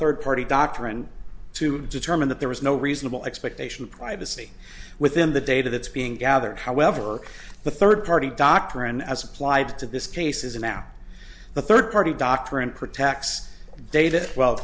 third party doctrine to determine that there is no reasonable expectation of privacy within the data that's being gathered however the third party doctrine as applied to this case is a map the third party doctrine protects data well